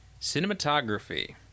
cinematography